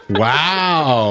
wow